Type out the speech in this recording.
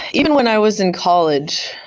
even when i was in college,